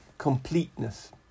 completeness